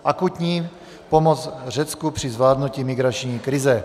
Akutní pomoc Řecku při zvládnutí migrační krize.